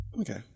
Okay